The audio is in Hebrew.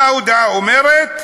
ומה ההודעה אומרת?